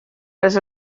les